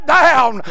down